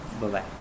Bye-bye